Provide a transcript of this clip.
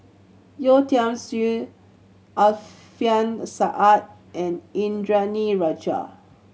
Yeo Tiam Siew Alfian Sa'at and Indranee Rajah